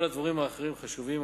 כל הדברים האחרים חשובים,